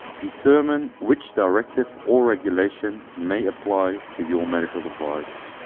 determine which directive or regulation may apply to your medical device.